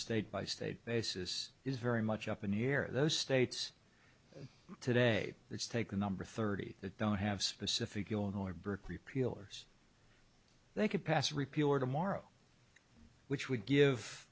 state by state basis is very much up near those states today let's take the number thirty that don't have specific illinois brick repeal or they could pass repeal or tomorrow which would give